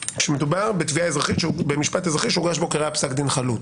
כשמדובר בתביעה אזרחית במשפט אזרחי שהוגש בו כראיה פסק דין חלוט.